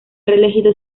reelegido